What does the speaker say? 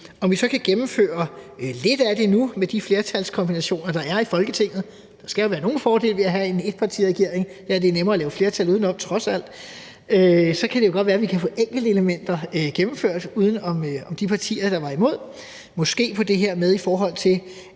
Om vi så kan gennemføre lidt af det nu med de flertalskombinationer, der er i Folketinget – der skal jo være nogle fordele ved at have en etpartiregering, for der er det nemmere at lave flertal udenom, trods alt – skal være usagt. Men det kan jo godt være, at vi kan få enkeltelementer gennemført uden om de partier, der er imod; måske i forhold til